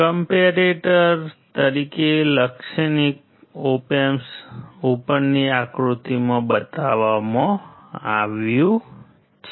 comparator તરીકે લાક્ષણિક op amp ઉપરની આકૃતિમાં બતાવવામાં આવ્યું છે